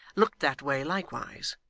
looked that way likewise,